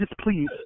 please